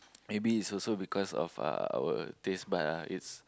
maybe it's also because of uh our taste bud ah it's